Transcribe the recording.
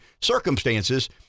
circumstances